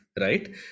right